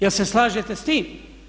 Jel' se slažete s tim?